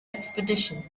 expedition